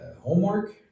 homework